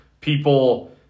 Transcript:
people